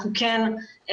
אנחנו כן מבקשים,